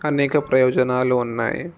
అనేక ప్రయోజనాలు ఉన్నాయి